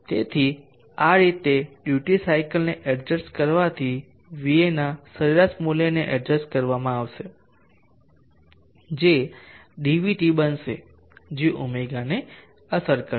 તેથી આ રીતે ડ્યુટી સાયકલને એડજસ્ટ કરવાથી Va ના સરેરાશ મૂલ્યને એડજસ્ટ કરવામાં આવશે જે dvt બનશે જે ω ને અસર કરશે